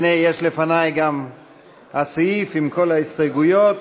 הנה, יש לפני גם הסעיף עם כל ההסתייגויות.